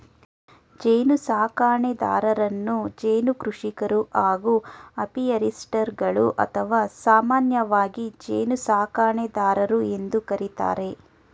ಜೇನುಸಾಕಣೆದಾರರನ್ನು ಜೇನು ಕೃಷಿಕರು ಹಾಗೂ ಅಪಿಯಾರಿಸ್ಟ್ಗಳು ಅಥವಾ ಸಾಮಾನ್ಯವಾಗಿ ಜೇನುಸಾಕಣೆದಾರರು ಎಂದು ಕರಿತಾರೆ